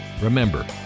Remember